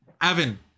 Avin